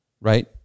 right